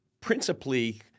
principally –